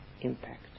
impact